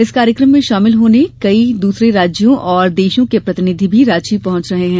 इस कार्यक्रम में शामिल होने कई दूसरे राज्यों व देशों के प्रतिनिधि भी रांची पहुंच रहे हैं